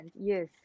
yes